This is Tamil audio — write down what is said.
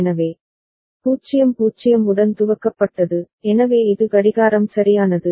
எனவே 0 0 உடன் துவக்கப்பட்டது எனவே இது கடிகாரம் சரியானது